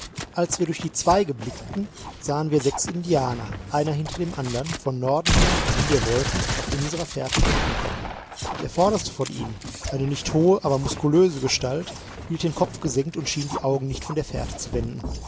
als wir durch die zweige blickten sahen wir sechs indianer einer hinter dem andern von norden her wohin wir wollten auf unserer fährte geritten kommen der vorderste von ihnen eine nicht hohe aber muskulöse gestalt hielt den kopf gesenkt und schien die augen nicht von der fährte zu wenden